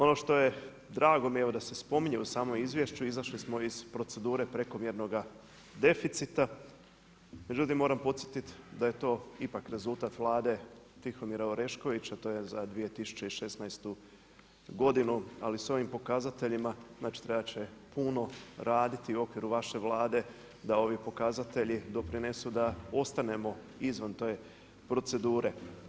Ono što je drago mi je da se spominje u samom izvješću izašli smo iz procedure prekomjernoga deficita, međutim moram podsjetit da je to ipak rezultat vlade Tihomira Oreškovića to je za 2016. godinu, ali s ovim pokazateljima trebat će puno raditi u okviru vaše Vlade da ovi pokazatelji doprinesu da ostanemo izvan te procedure.